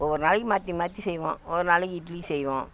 ஒவ்வொரு நாளைக்கு மாற்றி மாற்றி செய்வோம் ஒரு ஒரு நாளைக்கு இட்லி செய்வோம்